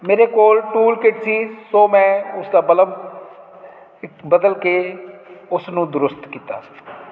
ਮੇਰੇ ਕੋਲ tool kit ਸੀ ਸੋ ਮੈਂ ਉਸਦਾ ਬਲਬ ਇਕ ਬਦਲ ਕੇ ਉਸ ਨੂੰ ਦਰੁਸਤ ਕੀਤਾ ਸੀ